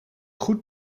goed